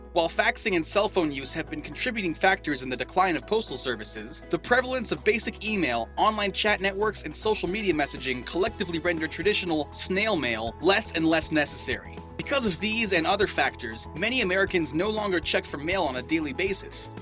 while faxing and cell phone use have been contributing factors in the decline of postal services, the prevalence of basic email, online chat networks and social media messaging collectively render traditional snail mail less and less necessary. because of these and other factors, many americans no longer check for mail on a daily basis.